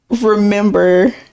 remember